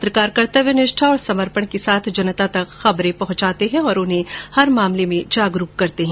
पत्रकार कर्तव्यनिष्ठा और समर्पण के साथ जनता तक खबरें पहुंचाते है और उन्हें हर मामले पर जागरूक करते है